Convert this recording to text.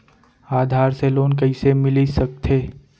आधार से लोन कइसे मिलिस सकथे?